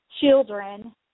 children